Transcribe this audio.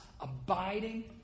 abiding